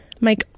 Mike